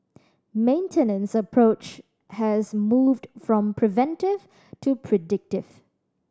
maintenance approach has moved from preventive to predictive